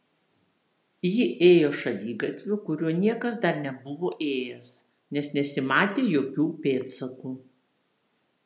ji ėjo šaligatviu kuriuo niekas dar nebuvo ėjęs nes nesimatė jokių pėdsakų